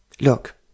Look